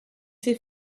s’est